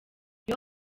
iyo